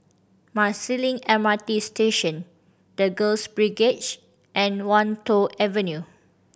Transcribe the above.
Marsiling M R T Station The Girls Brigade and Wan Tho Avenue